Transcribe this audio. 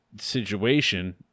situation